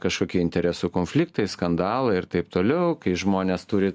kažkokie interesų konfliktai skandalai ir taip toliau kai žmonės turi